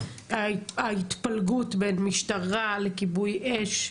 ההתפלגות בין משטרה לכיבוי אש,